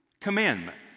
commandment